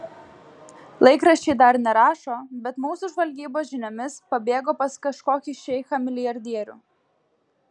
laikraščiai dar nerašo bet mūsų žvalgybos žiniomis pabėgo pas kažkokį šeichą milijardierių